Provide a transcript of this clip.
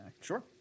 Sure